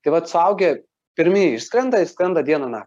tai vat suaugę pirmi išskrenda ir skrenda dieną na